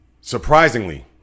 Surprisingly